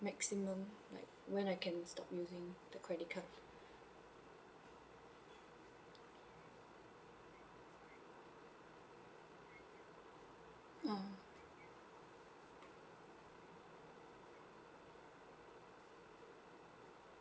maximum like when I can stop using the credit card ah